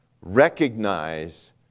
Recognize